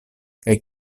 kaj